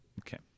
Okay